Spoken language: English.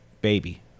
baby